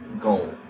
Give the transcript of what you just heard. goal